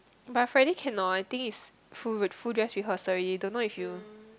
but I Friday cannot I think is full re~ full dress rehearsal already don't know if you